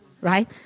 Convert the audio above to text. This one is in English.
right